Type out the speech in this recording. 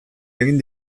egin